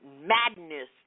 madness